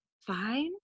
fine